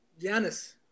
Giannis